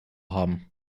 haben